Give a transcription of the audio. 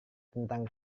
tentang